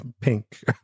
pink